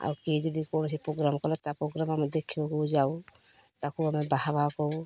ଆଉ କିଏ ଯଦି କୌଣସି ପ୍ରୋଗ୍ରାମ୍ କଲେ ତା ପ୍ରୋଗ୍ରାମ୍ ଆମେ ଦେଖିବାକୁ ଯାଉ ତାକୁ ଆମେ ବାଃ ବାଃ କହୁ